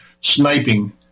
sniping